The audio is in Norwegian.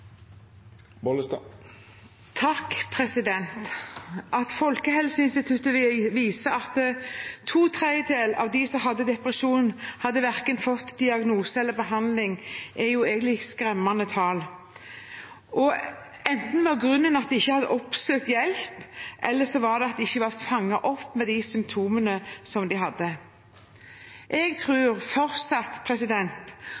at Folkehelseinstituttet viser at to tredjedeler av dem som hadde depresjon, verken hadde fått diagnose eller behandling, er egentlig skremmende tall. Og grunnen var enten at de ikke hadde oppsøkt hjelp, eller at de ikke ble fanget opp med de symptomene de hadde. Jeg